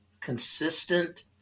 consistent